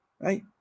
right